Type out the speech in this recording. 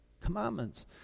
commandments